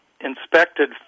inspected